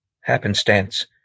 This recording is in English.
happenstance